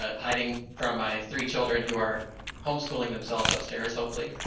ah hiding from my three children, who are homeschooling themselves upstairs, hopefully,